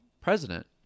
president